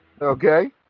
Okay